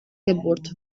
geburt